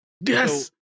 yes